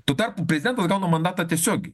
tuo tarpu prezidentas gauna mandatą tiesiogiai